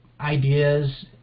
ideas